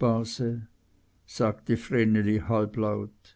base sagte vreneli halblaut